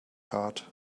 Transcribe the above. heart